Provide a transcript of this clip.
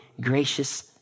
gracious